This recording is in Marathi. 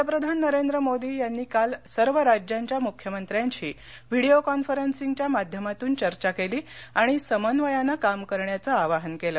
पंतप्रधान नरेंद्र मोदी यांनी काल सर्व राज्यांच्या मुख्यमंत्र्यांशी व्हिडीओ कॉन्फरन्सिंगच्या माध्यमातून चर्चा केली आणि समन्वयानं काम करण्याचं आवाहन केलं